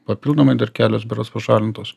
papildomai dar kelios berods pašalintos